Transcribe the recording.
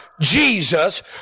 Jesus